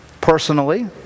personally